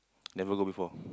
never go before